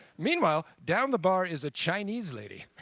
meanwhile, down the bar is a chinese lady.